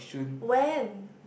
when